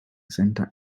center